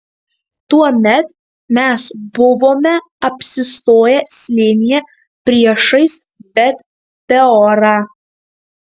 tuomet mes buvome apsistoję slėnyje priešais bet peorą